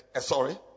Sorry